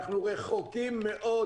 אנחנו רחוקים מאוד